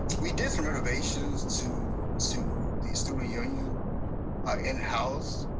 we did some renovations to so the student union in-house,